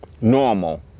normal